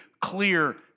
clear